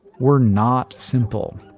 were not simple.